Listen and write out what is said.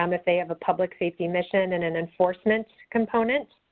um if they have a public safety mission and an enforcement component,